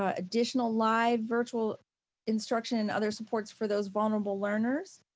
ah additional live virtual instruction and other supports for those vulnerable learners.